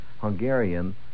Hungarian